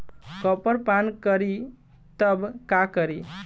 Copper पान करी तब का करी?